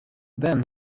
then